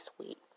sweet